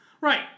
Right